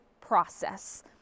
process